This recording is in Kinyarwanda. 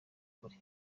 ukuri